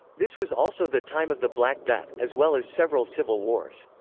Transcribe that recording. this was also the time of the black death, as well as several civil wars.